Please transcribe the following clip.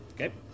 Okay